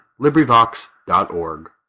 LibriVox.org